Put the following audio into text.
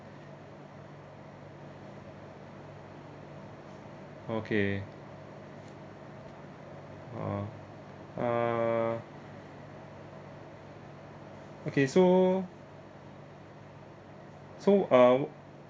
okay ah ah okay so so uh wh~